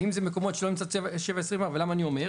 ואם זה מקומות שלא נמצא צוות 7/24 ולמה אני אומר?